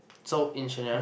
so in Shenyang